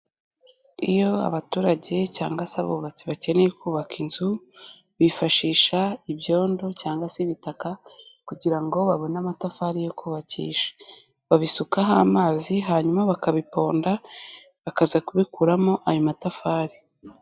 Iyo abaturage cyangwa se abubatsi bakeneye kubaka inzu, bifashisha ibyondo cyangwa se ibitaka kugira ngo babone amatafari yo kubakisha. Babisukaho amazi hanyuma bakabiponda bakaza kubikuramo ayo matafari.